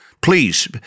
please